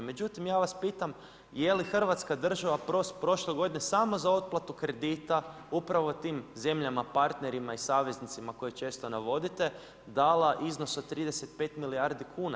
Međutim, ja vas pitam je li Hrvatska država prošle godine samo za otplatu kredita, upravo tim zemljama partnerima i saveznicima, koje često navodite, dala iznos od 35 milijardi kuna?